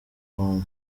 home